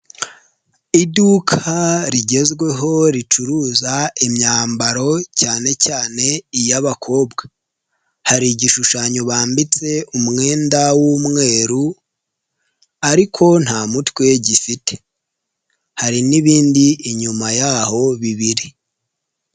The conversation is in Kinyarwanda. Iduka rigezweho ricuruza imyambaro cyane cyane iy'abakobwa, hari igishushanyo bambitse umwenda w'umweru ariko nta mutwe gifite, hari n'ibindi inyuma y'aho bibiri.